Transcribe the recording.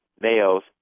males